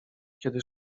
kiedy